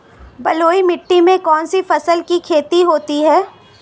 बलुई मिट्टी में कौनसी फसल की खेती होती है?